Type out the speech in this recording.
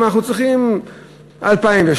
אנחנו צריכים 2013,